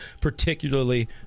particularly